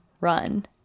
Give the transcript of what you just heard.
run